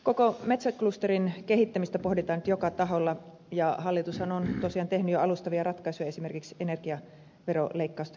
koko metsäklusterin kehittämistä pohditaan nyt joka taholla ja hallitushan on tosiaan tehnyt jo alustavia ratkaisuja esimerkiksi energiaveroleikkausten osalta